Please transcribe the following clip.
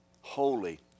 Holy